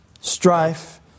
strife